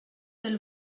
del